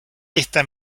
esta